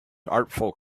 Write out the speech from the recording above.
artful